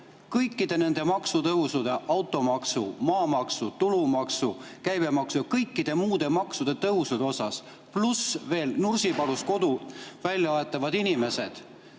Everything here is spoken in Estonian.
kõikide nende maksutõusude – automaksu, maamaksu, tulumaksu, käibemaksu ja kõikide muude maksude tõusude pärast, pluss veel Nursipalus kodust välja aetavad inimesed.